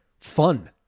fun